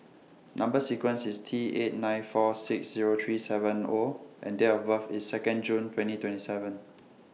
Number sequence IS T eight nine four six Zero three seven O and Date of birth IS Second June twenty twenty seven